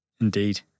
Indeed